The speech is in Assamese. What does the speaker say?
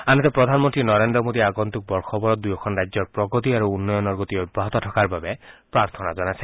আনহাতে প্ৰধানমন্তী নৰেন্দ্ৰ মোদীয়ে আগম্তুক বৰ্ষবোৰত দুয়োখন ৰাজ্যৰ প্ৰগতি আৰু উন্নয়নৰ গতি অব্যাহত থকাৰ বাবে প্ৰাৰ্থনা জনাইছে